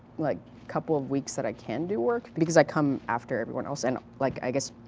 like couple of weeks that i can do work, because i come after everyone else and like i guess,